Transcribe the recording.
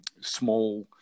small